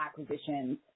acquisitions